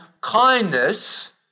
kindness